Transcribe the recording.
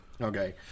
okay